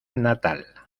natal